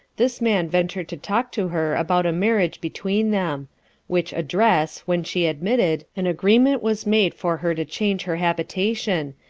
this man ventured to talk to her about a marriage between them which address, when she admitted, an agreement was made for her to change her habitation,